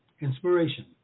inspiration